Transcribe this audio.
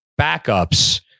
backups